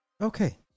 Okay